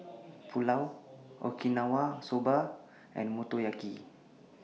Pulao Okinawa Soba and Motoyaki